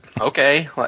okay